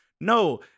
No